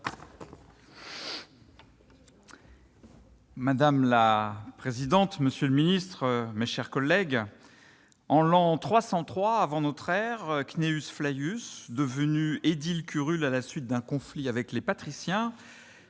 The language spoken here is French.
Madame la présidente, monsieur le ministre, mes chers collègues, en l'an 303 avant notre ère, Cnæus Flavius, devenu édile curule à la suite d'un conflit avec les patriciens,